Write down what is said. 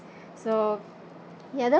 so ya tha~